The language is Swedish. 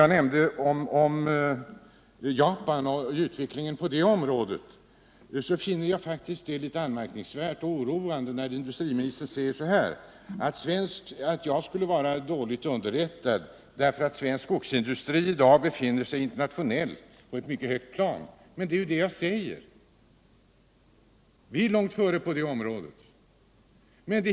Beträffande Japan och utvecklingen där finner jag det faktiskt litet anmärkningsvärt och oroande, när industriministern säger att jag skulle vara dåligt underrättad, eftersom svensk skogsindustri i dag befinner sig på ett mycket högt plan internationellt. Men det är ju det jag säger. Vi är långt före på detta område.